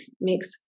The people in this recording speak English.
makes